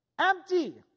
Empty